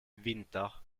winter